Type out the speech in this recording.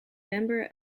member